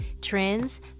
trends